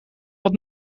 wat